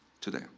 Today